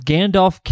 Gandalf